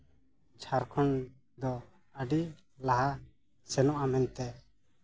ᱡᱷᱟᱲᱠᱷᱚᱸᱰ ᱫᱚ ᱟᱹᱰᱤ ᱞᱟᱦᱟ ᱥᱮᱱᱚᱜᱼᱟ ᱢᱮᱱᱛᱮᱫ